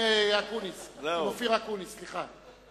עם אופיר אקוניס, סליחה.